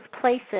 places